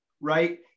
right